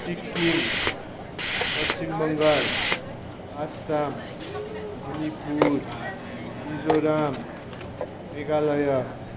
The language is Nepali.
सिक्किम पश्चिम बङ्गाल आसाम मणिपुर मिजोराम मेघालय